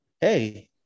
hey